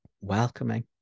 welcoming